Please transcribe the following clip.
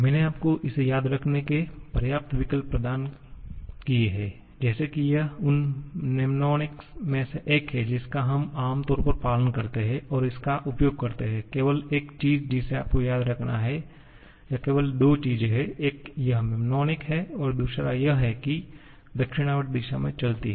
मैंने आपको इसे याद रखने के पर्याप्त विकल्प प्रदान किए हैं जैसे कि यह उन मनमोनिक्स में से एक है जिसका हम आम तौर पर पालन करते हैं और इसका उपयोग करते हैं केवल एक चीज जिसे आपको याद रखना है या केवल दो चीजें हैं एक यह मनमोनिक है और दूसरा यह है की ये दक्षिणावर्त दिशा में चलती है